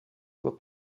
were